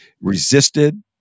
resisted